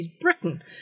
Britain